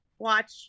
watch